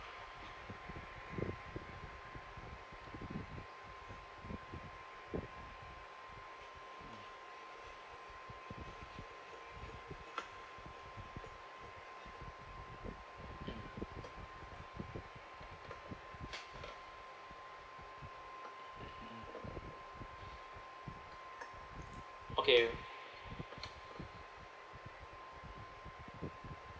mm okay